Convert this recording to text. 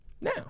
Now